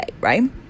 right